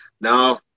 no